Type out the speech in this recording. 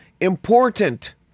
important